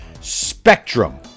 spectrum